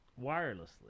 wirelessly